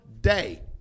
day